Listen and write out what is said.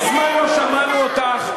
מזמן לא שמענו אותך,